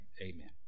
amen